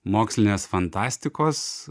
mokslinės fantastikos